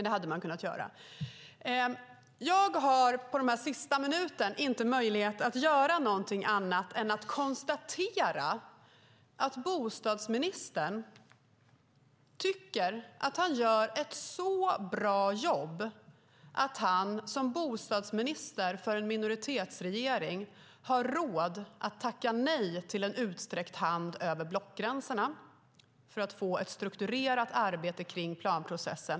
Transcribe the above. Det hade man kunnat göra. Jag har under den här sista minuten inte möjlighet att göra någonting annat än att konstatera att bostadsministern tycker att han gör ett så bra jobb att han, som bostadsminister för en minoritetsregering, har råd att tacka nej till en utsträckt hand över blockgränserna för att få ett strukturerat arbete kring planprocessen.